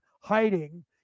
hiding